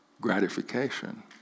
gratification